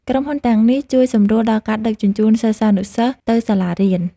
ក្រុមហ៊ុនទាំងនេះជួយសម្រួលដល់ការដឹកជញ្ជូនសិស្សានុសិស្សទៅសាលារៀន។